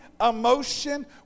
emotion